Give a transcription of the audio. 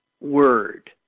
word